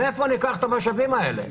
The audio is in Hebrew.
מאיפה ניקח את המשאבים האלה?